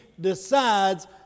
decides